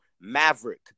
Maverick